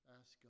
ask